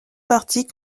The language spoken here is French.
partie